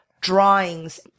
drawings